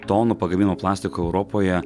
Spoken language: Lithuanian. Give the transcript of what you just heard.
tonų pagaminamo plastiko europoje